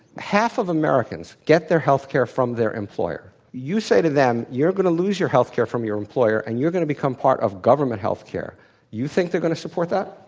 half of americans get their healthcare from their employer. you say to them, you're going to lose your healthcare from your employer, and you're going to become part of government healthcare you think they're going to support that?